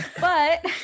but-